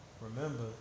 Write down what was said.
remember